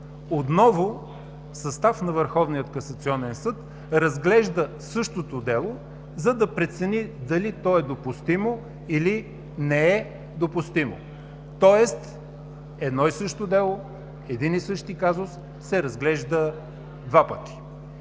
касационен съд разглежда същото дело, за да прецени дали то е допустимо, или не е допустимо. Тоест едно и също дело, един и същи казус се разглежда два пъти.